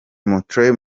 montreal